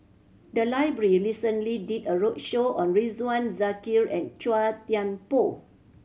the library recently did a roadshow on Ridzwan Dzafir and Chua Thian Poh